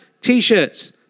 T-shirts